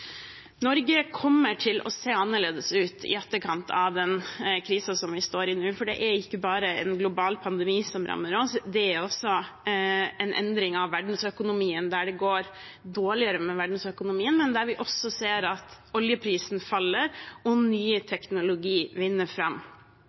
Norge kommer til se annerledes ut i etterkant av den krisen vi nå står i, for det er ikke bare en global pandemi som rammer oss, det er også en endring av verdensøkonomien. Det går dårligere med verdensøkonomien. Vi ser også at oljeprisen faller og ny